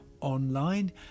online